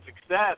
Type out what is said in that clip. success